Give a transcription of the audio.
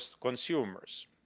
consumers